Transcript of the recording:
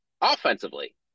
offensively